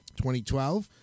2012